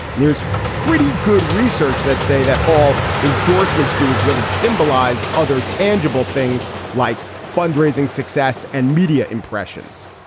there's pretty good research that say that all endorsements do is really symbolize other tangible things like fundraising, success and media impressions.